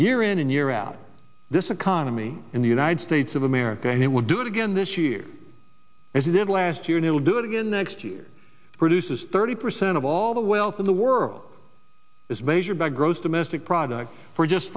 year in and year out this economy in the united states of america and it will do it again this year as it did last year and it will do it again next year produces thirty percent of all the wealth in the world is measured by gross domestic product for just